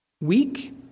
weak